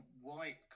white